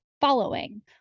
following